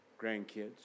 grandkids